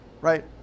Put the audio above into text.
Right